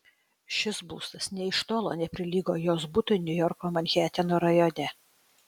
šis būstas nė iš tolo neprilygo jos butui niujorko manheteno rajone